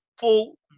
full